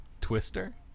Twister